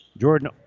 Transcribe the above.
Jordan